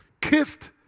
kissed